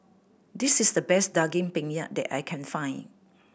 this is the best Daging Penyet that I can find